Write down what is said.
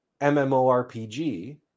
MMORPG